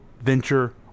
Venture